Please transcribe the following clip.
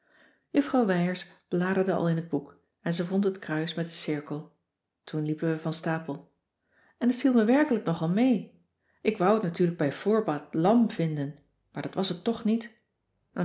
juffrouw wijers bladerde al in het boek en ze vond het kruis met den cirkel toen liepen we van stapel en t viel me werkelijk nogal mee ik wou het natuurlijk bij voorbaat lam vinden maar dat was het toch niet